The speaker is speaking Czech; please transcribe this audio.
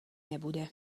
nebude